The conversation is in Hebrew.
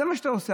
זה מה שאתה עושה.